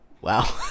Wow